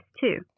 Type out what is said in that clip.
two